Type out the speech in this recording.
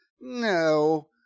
No